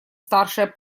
старшее